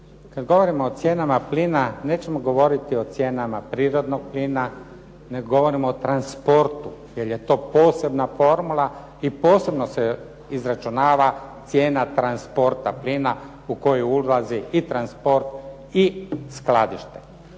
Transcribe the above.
Kada govorimo o cijenama plina, nećemo govoriti o cijenama prirodnog plina nego govorimo o transportu jer je to posebna formula i posebno se izračunava cijena transporta plina u koju ulazi i transport i skladište,